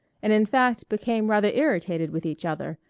and in fact became rather irritated with each other,